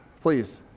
please